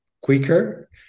quicker